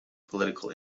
political